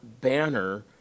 banner